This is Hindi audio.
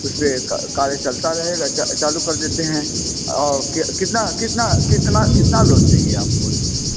और उसमें कार्य चलता रहेगा चालू कर देते हैं और कितना कितना कितना लोन चाहिए आपको